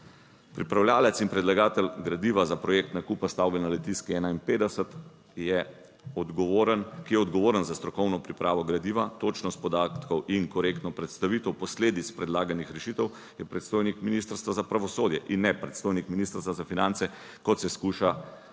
Pripravljavec in predlagatelj gradiva za projekt nakupa stavbe na Litijski 51 je odgovoren, ki je odgovoren za strokovno pripravo gradiva, točnost podatkov in korektno predstavitev posledic predlaganih rešitev je predstojnik Ministrstva za pravosodje in ne predstojnik Ministrstva za finance, kot se skuša ves